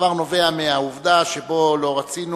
הדבר נובע מהעובדה שלא רצינו